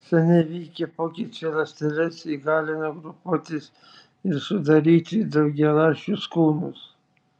seniai vykę pokyčiai ląsteles įgalino grupuotis ir sudaryti daugialąsčius kūnus